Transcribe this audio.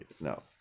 No